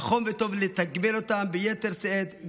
ונכון וטוב לתגמל אותם ביתר שאת,